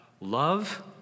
love